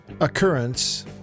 occurrence